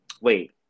Wait